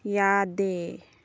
ꯌꯥꯗꯦ